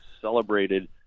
celebrated